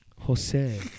Jose